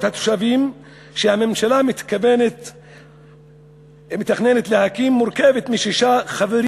התושבים שהממשלה מתכננת להקים מורכבת משישה חברים,